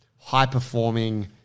high-performing